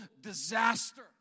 disaster